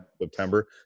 September